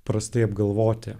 prastai apgalvoti